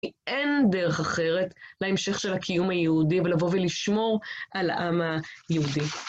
אין דרך אחרת להמשך של הקיום היהודי ולבוא ולשמור על העם היהודי.